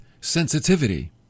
sensitivity